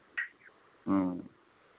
ᱦᱮᱸ